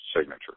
signature